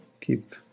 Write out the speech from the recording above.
keep